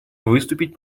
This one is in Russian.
выступить